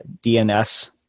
DNS